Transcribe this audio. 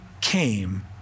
came